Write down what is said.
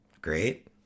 Great